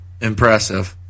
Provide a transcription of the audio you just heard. Impressive